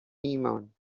ایمان